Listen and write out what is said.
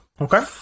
Okay